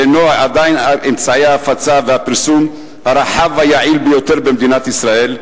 שהינו עדיין אמצעי ההפצה והפרסום הרחב והיעיל ביותר במדינת ישראל,